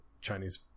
Chinese